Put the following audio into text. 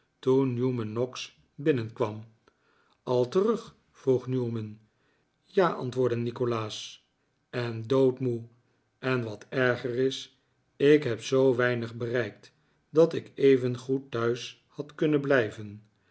toen newman noggs binnenkwam al terug vroeg newman ja antwoordde nikolaas en doodmoe en wat erger is ik heb zoo weinig bereikt dat ik evengoed thuis had kunnen blijven